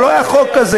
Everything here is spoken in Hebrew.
אבל לא היה חוק כזה.